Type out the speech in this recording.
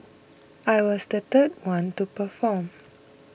I was the third one to perform